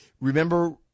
remember